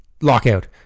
Lockout